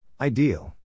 Ideal